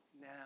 now